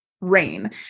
Rain